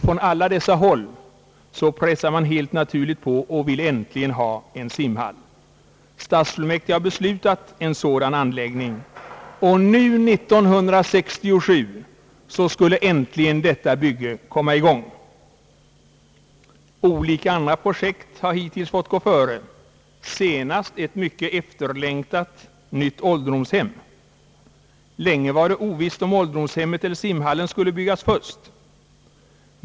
Från alla dessa och många andra håll pressar man helt naturligt på och vill ha en simhall. Stadsfullmäktige har beslutat en sådan anläggning, och nu år 1967 skulle äntligen detta bygge sättas i gång. Olika andra projekt har hittills fått gå före. Senast igångsattes ett mycket efterlängtat ålderdomshem. Länge var det ovisst om ålderdomshemmet eller simhallen skulle byggas först.